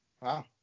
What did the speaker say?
Wow